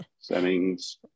settings